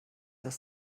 das